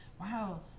wow